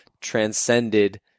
transcended